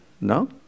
No